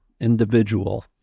individual